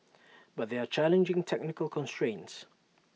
but there are challenging technical constrains